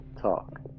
talk